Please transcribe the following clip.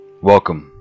Welcome